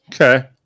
okay